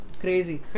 Crazy